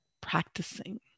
practicing